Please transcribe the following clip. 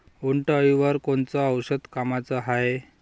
उंटअळीवर कोनचं औषध कामाचं हाये?